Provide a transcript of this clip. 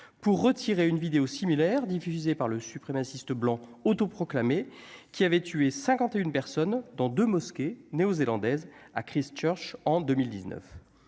pour retirer une vidéo similaire diffusé par le suprémaciste blanc autoproclamé qui avait tué 51 personnes dans 2 mosquées néo-zélandaise à Christchurch, en 2019,